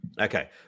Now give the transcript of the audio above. Okay